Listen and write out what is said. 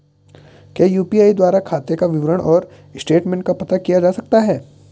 क्या यु.पी.आई द्वारा खाते का विवरण और स्टेटमेंट का पता किया जा सकता है?